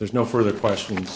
there's no further question